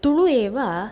तुळु एव